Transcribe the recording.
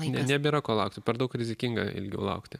nebėra ko laukti per daug rizikinga ilgiau laukti